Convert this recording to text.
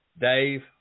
Dave